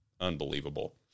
Unbelievable